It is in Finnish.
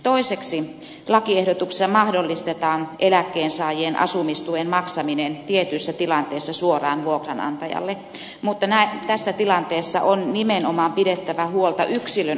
toiseksi lakiehdotuksella mahdollistetaan eläkkeensaajien asumistuen maksaminen tietyissä tilanteissa suoraan vuokranantajalle mutta tässä tilanteessa on nimenomaan pidettävä huolta yksilön oikeusturvasta